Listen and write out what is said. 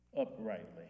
uprightly